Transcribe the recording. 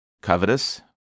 covetous